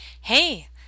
hey